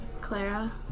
Clara